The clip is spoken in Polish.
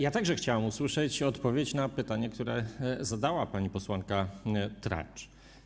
Ja także chciałem usłyszeć odpowiedź na pytanie, które zadała pani posłanka Tracz.